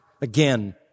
again